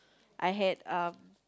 I had uh